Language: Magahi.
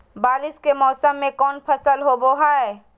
बारिस के मौसम में कौन फसल होबो हाय?